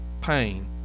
pain